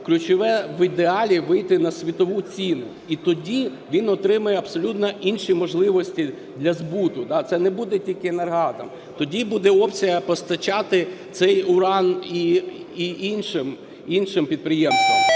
ключове, в ідеалі вийти на світову ціну. І тоді він отримає абсолютно інші можливості для збуту. Це не буде тільки "Енергоатом". Тоді буде обсяги постачати цей уран і іншим підприємствам,